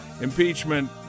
impeachment